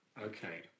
okay